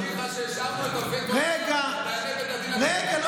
אני מזכיר לך שהשארנו את עובדי המועצה, רגע, רגע.